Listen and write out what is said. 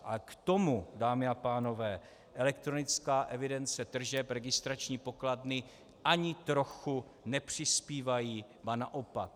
A k tomu, dámy a pánové, elektronická evidence tržeb, registrační pokladny ani trochu nepřispívají, ba naopak.